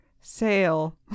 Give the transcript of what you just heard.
sale